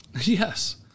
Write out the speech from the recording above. Yes